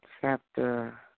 chapter